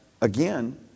again